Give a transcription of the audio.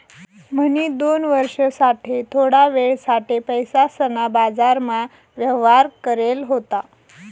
म्हणी दोन वर्ष साठे थोडा वेळ साठे पैसासना बाजारमा व्यवहार करेल होता